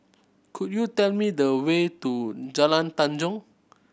could you tell me the way to Jalan Tanjong